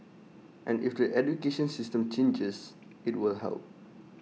and if the education system changes IT will help